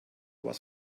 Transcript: was